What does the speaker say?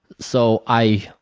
so, i